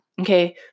Okay